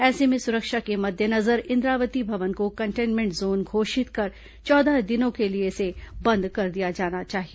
ऐसे में सुरक्षा के मद्देनजर इंद्रावती भवन को कंटेनमेंट जोन घोषित कर चौदह दिनों के लिए इसे बंद कर दिया जाना चाहिए